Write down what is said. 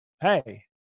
Hey